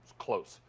close.